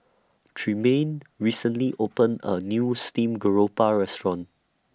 Tremaine recently opened A New Steamed Garoupa Restaurant